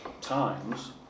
times